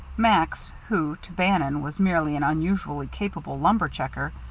max, who to bannon was merely an unusually capable lumber-checker,